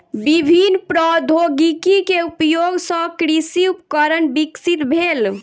विभिन्न प्रौद्योगिकी के उपयोग सॅ कृषि उपकरण विकसित भेल